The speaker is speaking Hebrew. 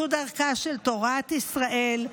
זו דרכה של תורת ישראל,